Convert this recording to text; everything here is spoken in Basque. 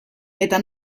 eta